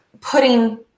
putting